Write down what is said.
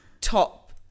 top